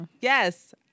yes